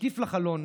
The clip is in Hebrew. משקיף לחלון